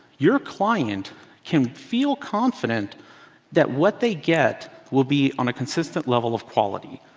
your client can feel confident that what they get will be on a consistent level of quality.